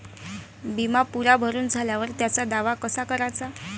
बिमा पुरा भरून झाल्यावर त्याचा दावा कसा कराचा?